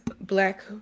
black